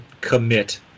commit